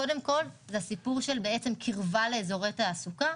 קודם כל הקרבה לאזורי תעסוקה,